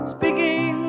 Speaking